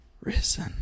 risen